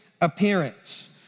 appearance